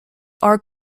are